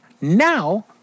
Now